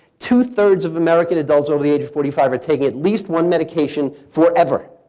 two-thirds of american adults over the age of forty five are taking at least one medication forever.